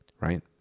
right